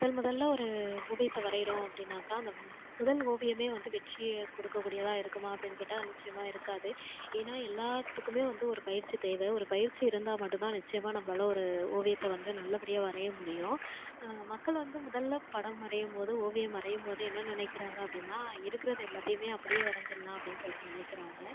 முதல் முதலில் ஒரு ஓவியத்தை வரையிறோம் அப்படின்னாக்க அந்த மு முதல் ஓவியமே வந்து வெற்றியை கொடுக்கக்கூடியதா இருக்குமா அப்படின்னு கேட்டால் நிச்சியமாக இருக்காது ஏன்னா எல்லாத்துக்குமே வந்து ஒரு பயிற்சி தேவை ஒரு பயிற்சி இருந்தால் மட்டும் தான் நிச்சியமாக நம்மளால் ஒரு ஓவியத்தை வந்து நல்லபடியாக வரைய முடியும் மக்கள் வந்து முதலில் படம் வரையும் போது ஓவியம் வரையும் போதே என்ன நினைக்கிறாங்க அப்படின்னா இருக்குறதை எல்லாத்தையுமே அப்படியே வரஞ்சிரலாம் அப்படின்னு சொல்லிட்டு நினைக்கிறாங்க